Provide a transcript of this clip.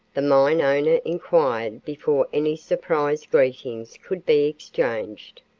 the mine owner inquired before any surprise greetings could be exchanged.